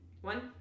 One